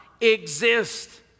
exist